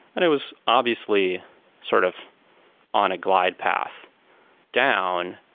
and it was obviously sort of on a glide path down,